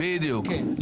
בדיוק.